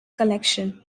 collection